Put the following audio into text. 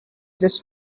this